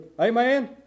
Amen